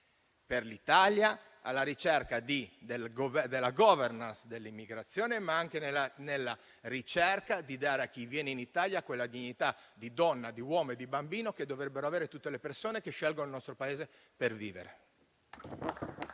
per l'Italia nella ricerca della *governance* dell'immigrazione, ma anche per dare a chi viene in Italia quella dignità di donna, di uomo e di bambino che dovrebbero avere tutte le persone che scelgono il nostro Paese per vivere.